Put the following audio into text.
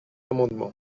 amendement